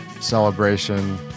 celebration